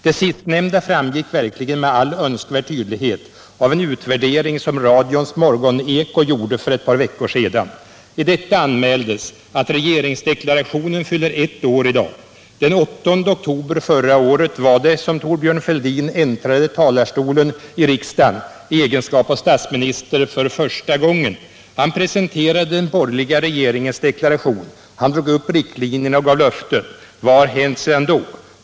Det sistnämnda framgick verkligen med all önskvärd tydlighet av en utvärdering som radions Morgoneko gjorde för ett par veckor sedan. I programinslaget anmäldes att ”regeringsdeklarationen fyller ett år i dag. Den 8 oktober förra året var det som Thorbjörn Fälldin äntrade talarstolen i riksdagen i egenskap av statsminister för första gången. Han presenterade den borgerliga regeringens deklaration. Han drog upp riktlinjerna och gav löften. Vad har hänt sedan då?